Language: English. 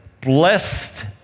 Blessed